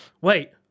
wait